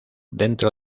dentro